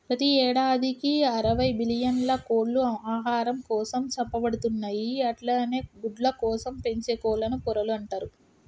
ప్రతి యేడాదికి అరవై బిల్లియన్ల కోళ్లు ఆహారం కోసం చంపబడుతున్నయి అట్లనే గుడ్లకోసం పెంచే కోళ్లను పొరలు అంటరు